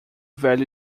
velho